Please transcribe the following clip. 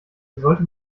sollte